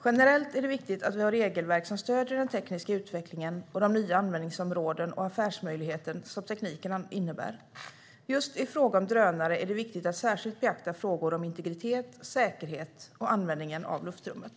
Generellt är det viktigt att vi har regelverk som stöder den tekniska utvecklingen och de nya användningsområden och affärsmöjligheter som tekniken innebär. Just i fråga om drönare är det viktigt att särskilt beakta frågor om integritet, säkerhet och användningen av luftrummet.